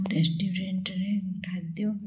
ରେଷ୍ଟୁରାଣ୍ଟରେ ଖାଦ୍ୟ